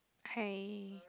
okay